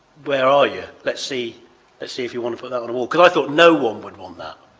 where are you? let's see ah see if you want to put that on a wall. i thought no one would want that.